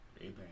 Amen